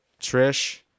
Trish